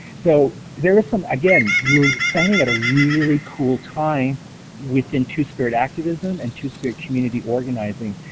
so, there was some again, we're standing at a really cool time within two-spirit activism, and two-spirit community organizing,